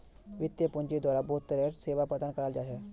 वित्तीय पूंजिर द्वारा बहुत तरह र सेवा प्रदान कराल जा छे